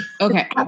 okay